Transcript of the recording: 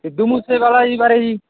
ਸਿੱਧੂ ਮੂਸੇਵਾਲਾ ਜੀ ਬਾਰੇ ਜੀ